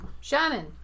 Shannon